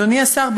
אדוני השר,